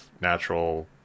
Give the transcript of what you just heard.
natural